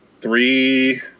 Three